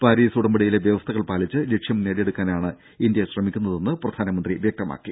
Paris ഉടമ്പടിയിലെ വ്യവസ്ഥകൾ പാലിച്ച് ലക്ഷ്യം നേടിയെടുക്കാനാണ് ഇന്ത്യ ശ്രമിക്കുന്നതെന്ന് പ്രധാനമന്ത്രി വ്യക്തമാക്കി